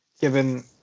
given